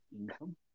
income